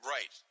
Right